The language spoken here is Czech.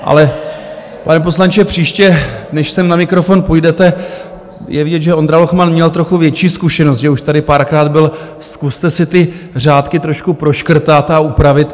Ale pane poslanče, příště, než sem na mikrofon půjdete, je vidět, že Ondra Lochman měl trochu větší zkušenost, že už tady párkrát byl, zkuste si ty řádky trošku proškrtat a upravit.